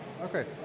Okay